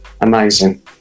amazing